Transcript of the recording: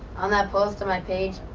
on that post on my page.